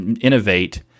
innovate